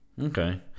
Okay